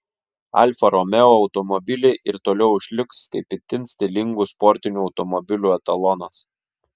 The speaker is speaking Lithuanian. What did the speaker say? alfa romeo automobiliai ir toliau išliks kaip itin stilingų sportinių automobilių etalonas